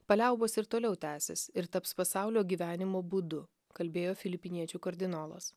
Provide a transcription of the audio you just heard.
paliaubos ir toliau tęsis ir taps pasaulio gyvenimo būdu kalbėjo filipiniečių kardinolas